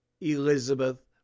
Elizabeth